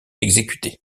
exécuté